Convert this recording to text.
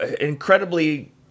incredibly